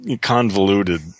convoluted